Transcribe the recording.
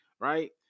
right